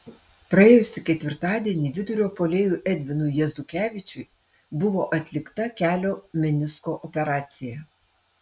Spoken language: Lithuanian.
praėjusį ketvirtadienį vidurio puolėjui edvinui jezukevičiui buvo atlikta kelio menisko operacija